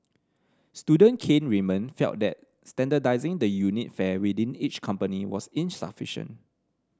student Kane Raymond felt that standardising the unit fare within each company was insufficient